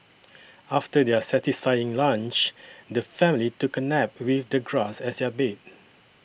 after their satisfying lunch the family took a nap with the grass as their bed